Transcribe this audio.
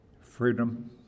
freedom